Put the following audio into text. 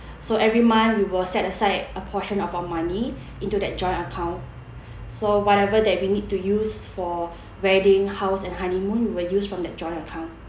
so every month we will set aside a portion of our money into that joint account so whatever that we need to use for wedding house and honeymoon we will use from that joint account